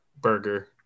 burger